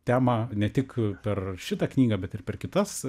temą ne tik per šitą knygą bet ir per kitas